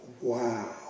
Wow